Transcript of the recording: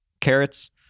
carrots